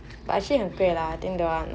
but actually 很贵啦 lah think don't want lah